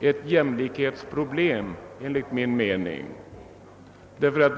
ett jämlikhetsproblem för barnens del.